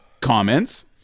comments